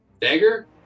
Dagger